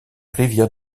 rivière